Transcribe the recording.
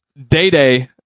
Dayday